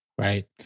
Right